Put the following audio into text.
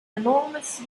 enormous